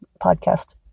podcast